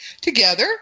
together